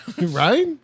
Right